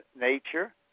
nature